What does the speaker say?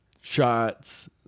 shots